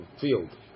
field